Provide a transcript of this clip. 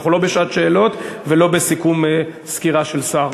אנחנו לא בשעת שאלות ולא בסיכום סקירה של שר.